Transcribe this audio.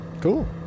Cool